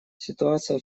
ситуация